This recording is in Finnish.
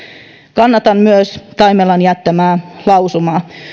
kannatan myös taimelan jättämää lausumaa